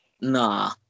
Nah